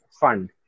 fund